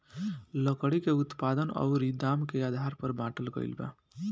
लकड़ी के उत्पादन अउरी दाम के आधार पर बाटल गईल बा